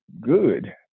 good